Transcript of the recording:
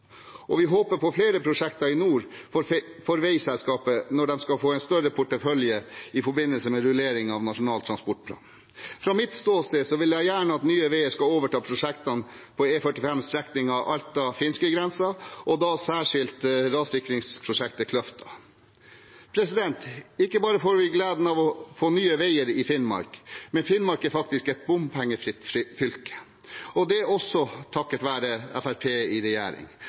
og vi håper på flere prosjekter i nord for veiselskapet når de skal få en større portefølje i forbindelse med rulleringen av Nasjonal transportplan. Fra mitt ståsted vil jeg gjerne at Nye veier skal overta prosjektene på E45 Alta–finskegrensen, og da særskilt rassikringsprosjektet Kløfta. Ikke bare får vi gleden av å få Nye veier i Finnmark, men Finnmark er faktisk et bompengefritt fylke – det også takket være Fremskrittspartiet i regjering.